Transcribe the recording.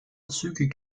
zügig